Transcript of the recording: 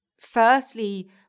firstly